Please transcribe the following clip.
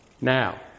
Now